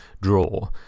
draw